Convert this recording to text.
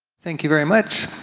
thank you very much.